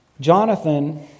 Jonathan